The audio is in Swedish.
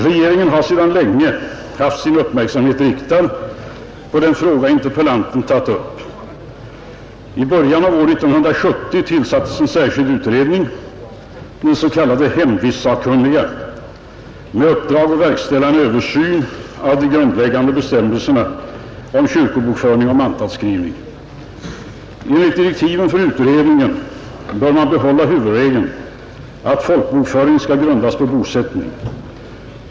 Regeringen har sedan länge haft sin uppmärksamhet riktad på den fråga interpellanten tagit upp. I början av år 1970 tillsattes en särskild utredning, de s.k. hemvistsakkunniga, med uppdrag att verkställa en översyn av de grundläggande bestämmelserna om kyrkobokföring och mantalsskrivning. Enligt direktiven för utredningen bör man behålla huvudregeln att folkbokföring skall grundas på bosättning.